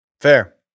Fair